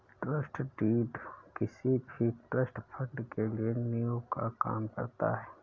trust deed किसी भी trust fund के लिए नीव का काम करता है